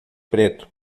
preto